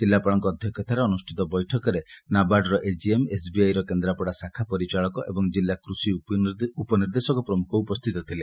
ଜିଲ୍ଲାପାଳଙ୍କ ଅଧ୍ଧକ୍ଷତାରେ ଅନୁଷ୍ଠିତ ବୈଠକରେ ନାବାର୍ଡ଼ର ଏଜିଏମ୍ ଏସ୍ବିଆଇର କେନ୍ଦ୍ରାପଡ଼ା ଶାଖା ପରିଚାଳକ ଏବଂ ଜିଲ୍ଲା କୃଷି ଉପନିର୍ଦ୍ଦେଶକ ପ୍ରମୁଖ ଉପସ୍ଥତ ଥିଲେ